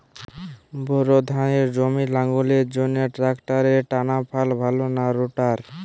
Bore ধানের জমি লাঙ্গলের জন্য ট্রাকটারের টানাফাল ভালো না রোটার?